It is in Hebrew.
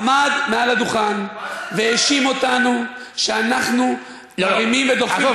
עמד מעל הדוכן והאשים אותנו שאנחנו מרימים ודוחפים את אנשי,